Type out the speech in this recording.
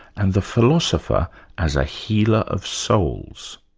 and the philosophy as a healer of souls.